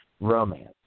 romance